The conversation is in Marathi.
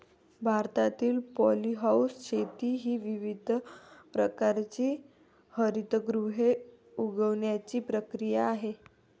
भारतातील पॉलीहाऊस शेती ही विविध प्रकारची हरितगृहे उगवण्याची प्रक्रिया आहे